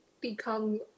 become